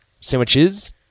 Sandwiches